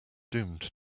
doomed